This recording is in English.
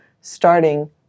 starting